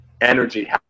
energy